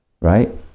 right